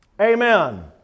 Amen